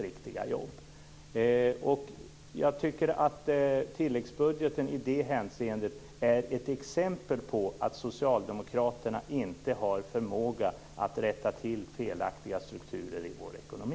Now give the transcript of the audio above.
Jag tycker att tilläggsbudgeten i det hänseendet är ett exempel på att Socialdemokraterna inte har förmåga att rätta till felaktiga strukturer i vår ekonomi.